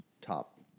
top